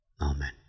Amen